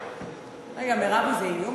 רגע, מירבי, זה איום?